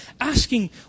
asking